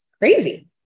crazy